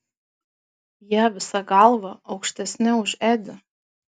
jie visa galva aukštesni už edį